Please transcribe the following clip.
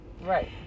Right